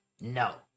No